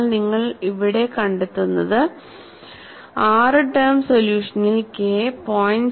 എന്നാൽ നിങ്ങൾ ഇവിടെ കണ്ടെത്തുന്നത് ആറ് ടേം സൊല്യൂഷനിൽ കെ 0